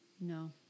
No